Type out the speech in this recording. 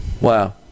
Wow